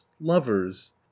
Lovers